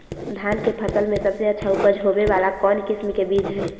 धान के फसल में सबसे अच्छा उपज होबे वाला कौन किस्म के बीज हय?